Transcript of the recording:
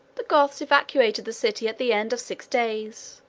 the goths evacuated the city at the end of six days,